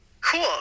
cool